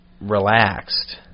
relaxed